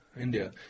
India